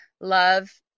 love